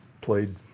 played